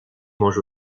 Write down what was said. mangent